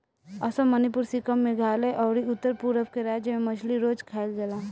असम, मणिपुर, सिक्किम, मेघालय अउरी उत्तर पूरब के राज्य में मछली रोज खाईल जाला